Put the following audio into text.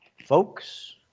Folks